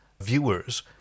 viewers